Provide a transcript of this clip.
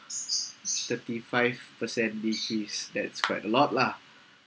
thirty five percent decrease that is quite a lot lah